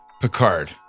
Picard